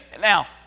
Now